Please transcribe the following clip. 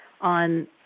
on